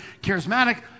Charismatic